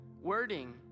wording